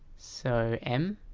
so m